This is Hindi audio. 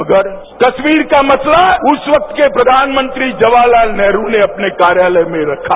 मगर कश्मीर का मसला उस वक्त के प्रधानमंत्री जवाहर लाल नेहरू ने अपने कार्यालय में रखा